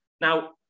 Now